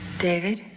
David